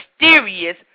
mysterious